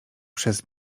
przez